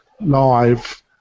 live